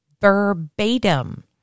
verbatim